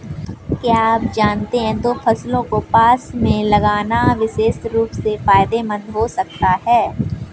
क्या आप जानते है दो फसलों को पास में लगाना विशेष रूप से फायदेमंद हो सकता है?